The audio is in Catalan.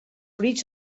fruits